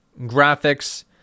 graphics